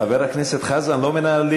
חבר הכנסת יואל חסון, אנא ממך,